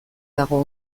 dago